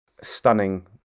stunning